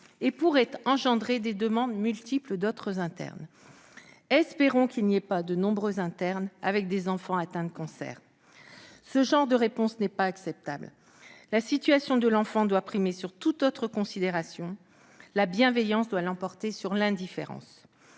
et pourrait entraîner des demandes multiples d'autres internes ... Espérons qu'il n'y ait pas de nombreux internes ayant des enfants atteints de cancer ! Ce genre de réponse n'est pas acceptable. La situation de l'enfant doit primer sur toute autre considération. La bienveillance doit l'emporter sur l'indifférence.